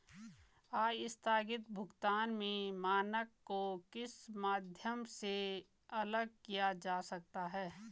आस्थगित भुगतान के मानक को किस माध्यम से अलग किया जा सकता है?